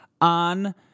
on